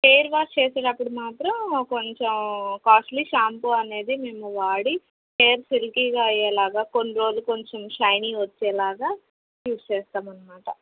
hair wash చేసేటప్పుడు మాత్రం కొంచెం కాస్ట్లీ షాంపూ అనేది మేము వాడి హెయిర్ సిల్కీగా అయ్యేలాగా కొన్ని రోజులు కొంచెం షైనింగ్ వచ్చేలాగా యూజ్ చేస్తాం అన్నమాట